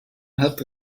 hat